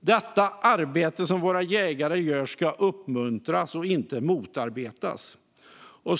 Detta arbete som våra jägare gör ska uppmuntras, inte motarbetas.